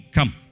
Come